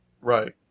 Right